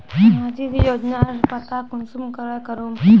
सामाजिक योजनार पता कुंसम करे करूम?